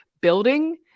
building